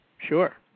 Sure